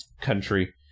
country